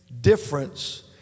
difference